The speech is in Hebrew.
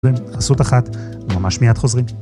זה חסות אחת, ממש מיד חוזרים.